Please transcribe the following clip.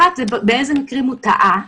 אחת, באילו מקרים הוא טעה,